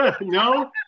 no